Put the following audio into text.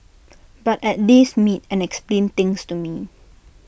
but at least meet and explain things to me